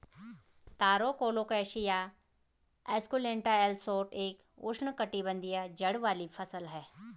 तारो colocasia esculenta L Schott एक उष्णकटिबंधीय जड़ वाली फसल है